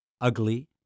ugly